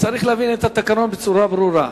צריך להבין את התקנון בצורה ברורה,